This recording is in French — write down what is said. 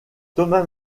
thomas